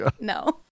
No